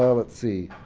ah let's see.